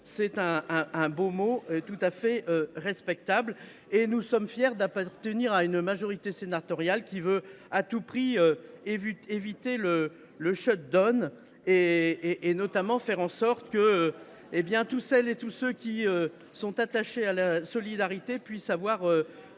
c’est un beau mot, tout à fait respectable. Pour notre part, nous sommes fiers d’appartenir à une majorité sénatoriale qui veut à tout prix éviter le et qui souhaite faire en sorte que celles et ceux qui sont attachés à la solidarité puissent avoir